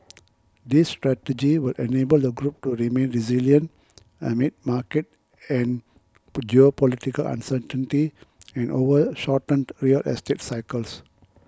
this strategy will enable the group to remain resilient amid market and geopolitical uncertainty and over shortened real estate cycles